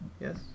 Yes